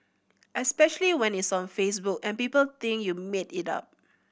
especially when it's on Facebook and people think you made it up